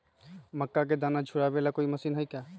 मक्का के दाना छुराबे ला कोई मशीन हई का?